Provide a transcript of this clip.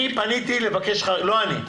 אני פניתי לבקש לא אני.